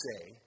say